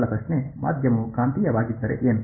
ಮೊದಲ ಪ್ರಶ್ನೆ ಮಾಧ್ಯಮವು ಕಾಂತೀಯವಾಗಿದ್ದರೆ ಏನು